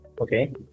Okay